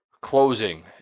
closing